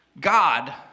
God